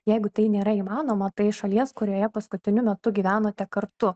jeigu tai nėra įmanoma tai šalies kurioje paskutiniu metu gyvenote kartu